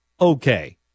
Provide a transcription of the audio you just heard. Okay